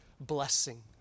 blessing